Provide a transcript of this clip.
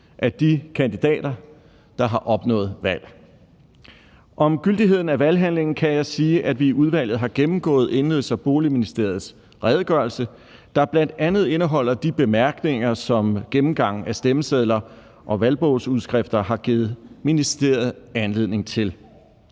af de kandidater, der har opnået valg. Om gyldigheden af valghandlingen kan jeg sige, at vi i udvalget har gennemgået Indenrigs- og Boligministeriets redegørelse, der bl.a. indeholder de bemærkninger, som gennemgangen af stemmesedler og valgbogsudskrifter har givet ministeriet anledning til.